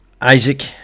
Isaac